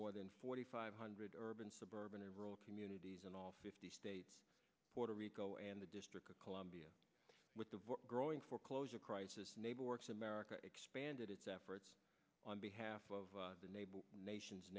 more than forty five hundred urban suburban and rural communities in all fifty states puerto rico and the district of columbia with the growing foreclosure crisis america expanded its efforts on behalf of the n